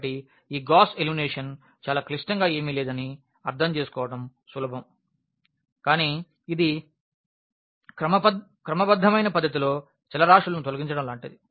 కాబట్టి ఈ Gauss elimination చాలా క్లిష్టంగా ఏమీ లేదని అర్థం చేసుకోవడం సులభం కానీ ఇది క్రమబద్ధమైన పద్ధతిలో చలరాశులను తొలగించడం లాంటిది